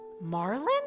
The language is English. Marlin